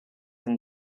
and